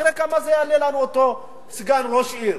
תראה כמה יעלה לנו אותו סגן ראש עיר,